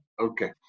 Okay